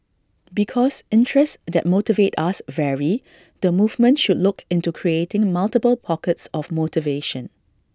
because interests that motivate us vary the movement should look into creating multiple pockets of motivation